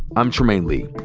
i'm trymaine lee.